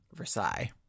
Versailles